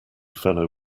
fellow